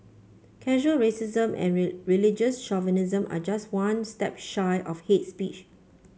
casual racism and religious chauvinism are just one step shy of hate speech